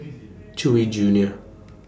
Chewy Junior